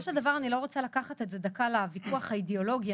אני לא רוצה לקחת את זה לוויכוח האידיאולוגי,